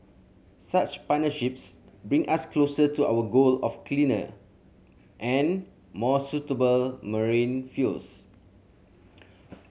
such partnerships bring us closer to our goal of cleaner and more sustainable marine fuels